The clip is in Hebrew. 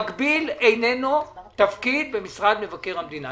מקביל איננו תפקיד במשרד מבקר המדינה.